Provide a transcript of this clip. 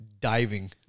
diving